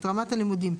את רמת הלימודים,